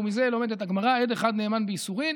ומזה לומדת הגמרא "עד אחד נאמן באיסורין".